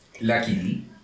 Luckily